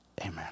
amen